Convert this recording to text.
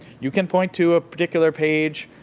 you can point to a particular page,